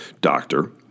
doctor